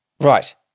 Right